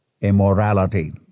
immorality